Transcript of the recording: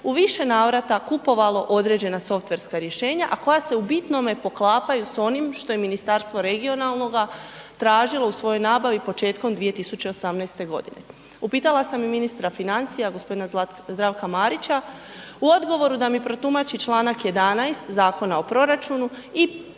u više navrata kupovalo određena softverska rješenja, a koja se u bitnome poklapaju s onim što je Ministarstvo regionalnoga tražilo u svojoj nabavi početkom 2018. godine. Upitala sam i ministra financija gospodina Zdravka Marića u odgovoru da mi protumači čl. 11. Zakona o proračunu i